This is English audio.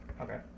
Okay